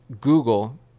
Google